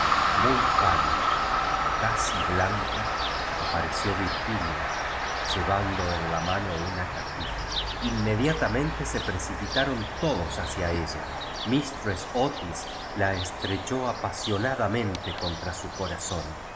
muy pálida casi blanca apareció virginia llevando éu in mano una eajita xnjuedintnmenk se precipitaron todos ini cia ella m stress otis la estrechó upnsionmbimeiue contra su corazón